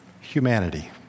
humanity